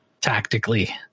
tactically